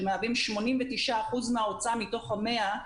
שמהווים 89% מההוצאה מתוך 100%,